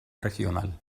regional